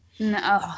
No